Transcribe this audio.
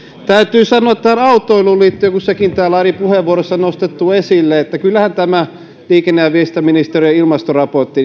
täytyy sanoa autoiluun liittyen kun sekin täällä eri puheenvuoroissa on nostettu esille että kyllähän tämä liikenne ja viestintäministeriön ilmastoraportti